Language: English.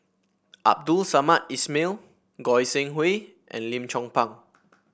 Abdul Samad Ismail Goi Seng Hui and Lim Chong Pang